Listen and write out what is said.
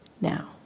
Now